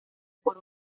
por